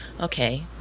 okay